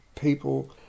people